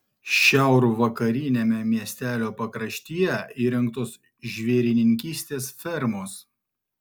šiaurvakariniame miestelio pakraštyje įrengtos žvėrininkystės fermos